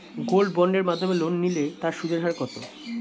Gold বন্ডের মাধ্যমে loan নিলে তার সুদের হার কত?